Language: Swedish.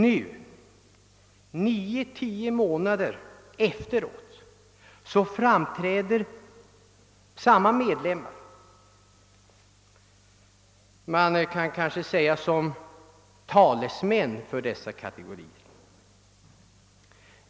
Nu nio å tio månader efteråt framträder samma medlemmar som talesmän för dessa kategorier.